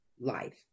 life